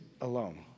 alone